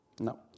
No